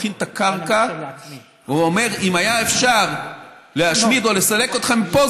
מכין את הקרקע ואומר: אם היה אפשר להשמיד או לסלק אתכם מפה,